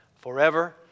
forever